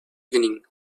evening